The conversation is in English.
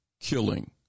killing